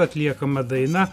atliekama daina